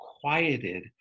quieted